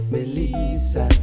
Melissa